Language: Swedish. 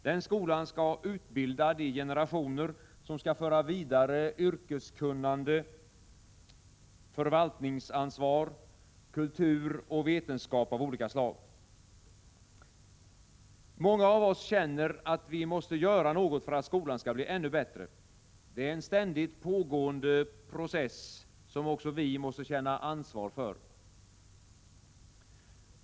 Den skolan skall utbilda de generationer som skall föra vidare yrkeskunnande, förvaltningsansvar, kultur och vetenskap av olika slag. Många av oss känner att vi måste göra något för att skolan skall bli ännu bättre. Det är en ständigt pågående process, som också vi måste känna ansvar för.